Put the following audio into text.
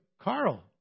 Carl